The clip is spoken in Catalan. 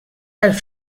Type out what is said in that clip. dels